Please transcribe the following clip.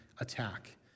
attack